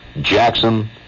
Jackson